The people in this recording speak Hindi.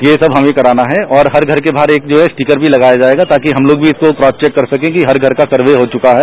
यह सब हमें कराना है और हर घर के बाहर जो है स्टीकर भी लगाया जायेगा ताकि हम लोग भी इसको क्रास चेक कर सके कि हर कर का सर्वे हो बुका है